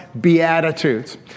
Beatitudes